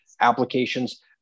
applications